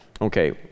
Okay